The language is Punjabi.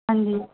ਹਾਂਜੀ